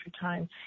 time